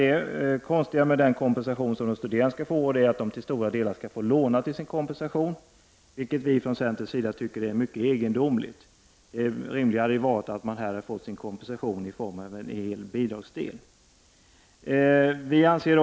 Det konstiga med den kompensationen är bara att de studerande till stora delar skall få låna till sin kompensation. Detta tycker centern är egendomligt. Det hade varit riktigare att ge en ökad bidragsdel.